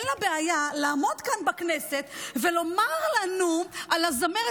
אין לה בעיה לעמוד כאן בכנסת ולומר לנו על הזמרת,